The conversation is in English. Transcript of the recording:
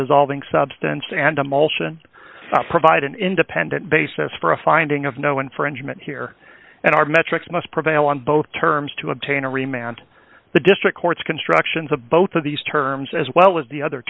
dissolving substance and a motion provide an independent basis for a finding of no infringement here and our metrics must prevail on both terms to obtain a rematch and the district court's constructions of both of these terms as well as the other